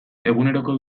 eguneroko